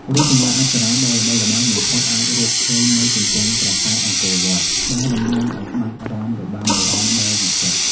រូបចម្លាក់អប្សរាដ៏ល្បីល្បាញបំផុតអាចរកឃើញនៅជញ្ជាំងប្រាសាទអង្គរវត្ត ដែលតំណាងឱ្យក្បាច់រាំរបាំបុរាណដ៏វិចិត្រ។